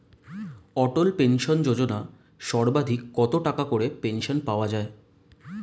অটল pension Yojana সর্বাধিক কত টাকা করে পেনশন পাওয়া যায়?